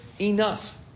enough